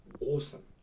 awesome